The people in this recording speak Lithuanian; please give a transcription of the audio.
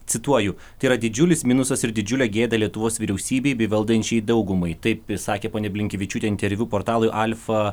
cituoju yra didžiulis minusas ir didžiulė gėda lietuvos vyriausybei valdančiai daugumai taip sakė ponia blinkevičiūtė interviu portalui alfa